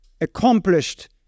accomplished